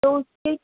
تو اس کے